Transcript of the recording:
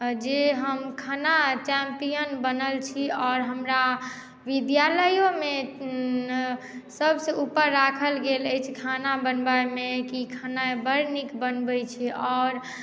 जे हम खाना चैम्पियन बनल छी और हमरा विद्यालयोमे सभसँ ऊपर राखल गेल अछि खाना बनबैमे कि खानाई बड़ नीक बनबै छै आओर